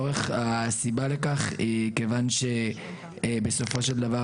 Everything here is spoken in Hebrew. הסיבה לכך היא כיוון שבסופו של דבר,